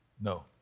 No